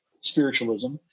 spiritualism